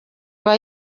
aba